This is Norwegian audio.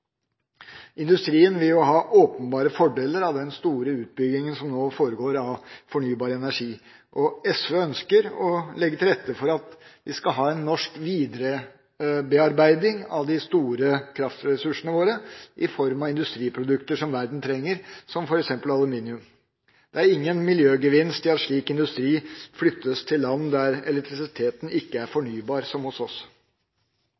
Industrien vil ha åpenbare fordeler av den store utbygginga som nå foregår av fornybar energi. SV ønsker å legge til rette for at vi skal ha en norsk viderebearbeiding av de store kraftressursene våre – i form av industriprodukter som verden trenger, som f.eks. aluminium. Det er ingen miljøgevinst i at slik industri flyttes til land der elektrisiteten ikke er fornybar som hos oss.